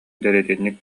дэриэтинньик